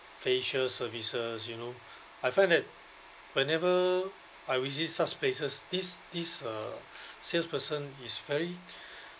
facial services you know I find that whenever I visit such places this this uh salesperson is very